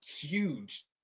huge